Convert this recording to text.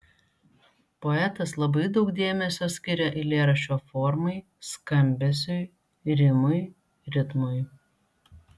poetas labai daug dėmesio skiria eilėraščio formai skambesiui rimui ritmui